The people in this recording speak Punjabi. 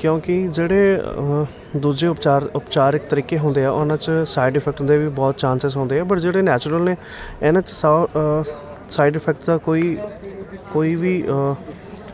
ਕਿਉਂਕਿ ਜਿਹੜੇ ਦੂਜੇ ਉਪਚਾਰ ਉਪਚਾਰਿਕ ਤਰੀਕੇ ਹੁੰਦੇ ਆ ਉਹਨਾਂ 'ਚ ਸਾਈਡ ਇਫੈਕਟ ਦੇ ਵੀ ਬਹੁਤ ਚਾਂਸਿਸ ਹੁੰਦੇ ਆ ਬਟ ਜਿਹੜੇ ਨੈਚੁਰਲ ਨੇ ਇਹਨਾਂ 'ਚ ਸਾ ਸਾਈਡ ਇਫੈਕਟ ਦਾ ਕੋਈ ਕੋਈ ਵੀ